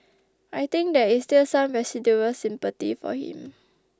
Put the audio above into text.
I think there is still some residual sympathy for him